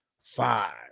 five